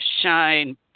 shine